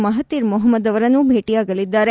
Mahathir Mohamad ಅವರನ್ನು ಭೇಟಿಯಾಗಲಿದ್ದಾರೆ